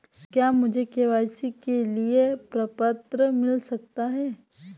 क्या मुझे के.वाई.सी के लिए प्रपत्र मिल सकता है?